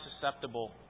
susceptible